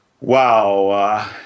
Wow